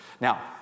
Now